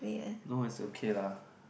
no it's okay lah